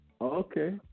Okay